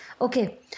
Okay